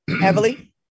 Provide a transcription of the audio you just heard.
Heavily